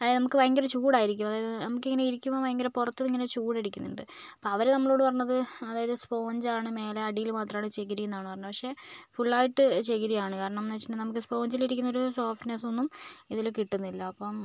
അത് നമുക്ക് ഭയങ്കര ചൂടായിരിക്കും അതായത് നമുക്കിങ്ങനെ ഇരിക്കുമ്പോൾ ഭയങ്കര പുറത്ത് ഇങ്ങനെ ചൂടടിക്കുന്നുണ്ട് അപ്പോൾ അവർ നമ്മളോട് പറഞ്ഞത് അതായത് സ്പോഞ്ചാണ് മേലെ അടിയിൽ മാത്രമാണ് ചകിരിയെന്നാണ് പറഞ്ഞത് പക്ഷേ ഫുള്ളായിട്ട് ചകിരിയാണ് കാരണമെന്താണെന്നു വെച്ചിട്ടുണ്ടെങ്കിൽ നമുക്ക് സ്പോഞ്ചിലിരിക്കുന്ന സോഫ്റ്റ്നസൊന്നും ഇതിൽ കിട്ടുന്നില്ല അപ്പം